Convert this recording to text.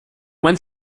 went